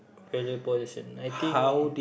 value possession I think eh